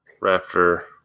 Raptor